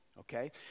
Okay